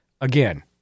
Again